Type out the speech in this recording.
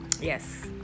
yes